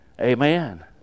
Amen